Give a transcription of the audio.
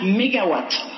megawatts